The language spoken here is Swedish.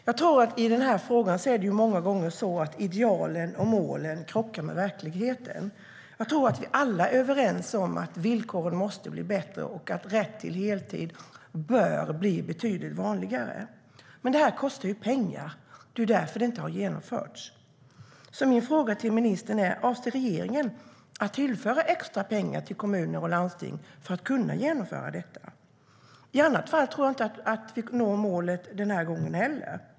Herr talman! I den här frågan tror jag att det många gånger är så att idealen och målen krockar med verkligheten. Jag tror att vi alla är överens om att villkoren måste bli bättre och att rätt till heltid bör bli betydligt vanligare. Men det kostar ju pengar. Det är därför det inte har genomförts. Min fråga till ministern är därför: Avser regeringen att tillföra extra pengar till kommuner och landsting för att kunna genomföra detta? I annat fall tror jag inte att vi når målen den här gången heller.